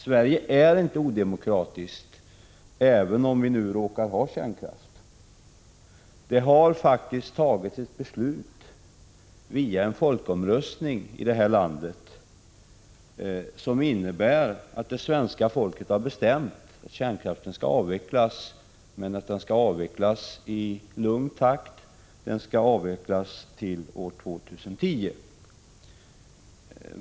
Sverige är inte odemokratiskt även om vi nu råkar ha kärnkraft. Svenska folket har via en folkomröstning bestämt att kärnkraften skall avvecklas, men att den skall avvecklas i lugn takt fram till år 2010.